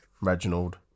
Reginald